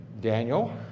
Daniel